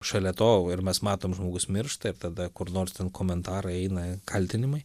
šalia to ir mes matom žmogus miršta ir tada kur nors ten komentarai eina kaltinimai